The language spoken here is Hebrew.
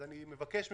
אני מבקש ממך,